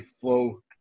Flow